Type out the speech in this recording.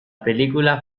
película